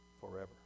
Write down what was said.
forever